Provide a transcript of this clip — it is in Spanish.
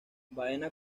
baena